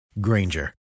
Granger